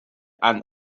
and